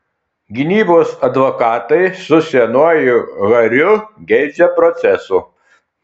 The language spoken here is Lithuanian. gynybos advokatai su senuoju hariu geidžia proceso